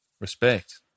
Respect